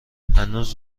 هنوز